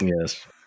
Yes